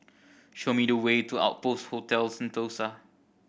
show me the way to Outpost Hotel Sentosa